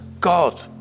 God